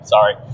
Sorry